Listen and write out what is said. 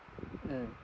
mm